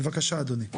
בבקשה אדוני.